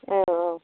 औ औ